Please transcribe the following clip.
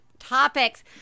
topics